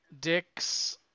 Dick's